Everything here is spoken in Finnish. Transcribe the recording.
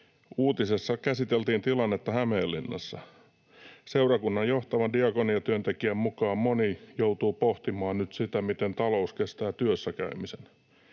Uutisessa käsiteltiin tilannetta Hämeenlinnassa. Seurakunnan johtavan diakoniatyöntekijän mukaan moni joutuu pohtimaan nyt sitä, miten talous kestää työssä käymisen.